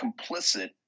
complicit